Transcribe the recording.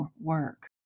work